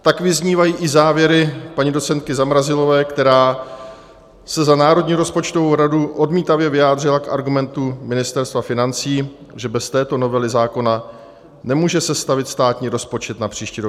Tak vyznívají i závěry paní docentky Zamrazilové, která se za Národní rozpočtovou radu odmítavě vyjádřila k argumentu Ministerstva financí, že bez této novely zákona nemůže sestavit státní rozpočet na příští rok 2021.